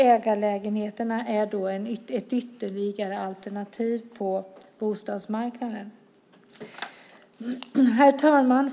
Ägarlägenheterna är ett ytterligare alternativ på bostadsmarknaden. Herr talman!